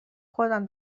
خودم